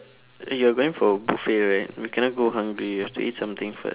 you're going for a buffet right you cannot go hungry you have to eat something first